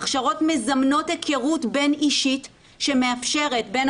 הכשרות מזמנות היכרות בין אישית בין